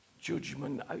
judgment